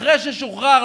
אחרי ששוחרר,